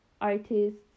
artists